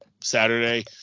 Saturday